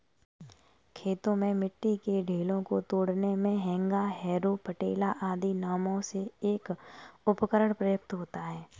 खेतों में मिट्टी के ढेलों को तोड़ने मे हेंगा, हैरो, पटेला आदि नामों से एक उपकरण प्रयुक्त होता है